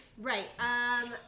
Right